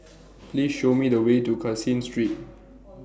Please Show Me The Way to Caseen Street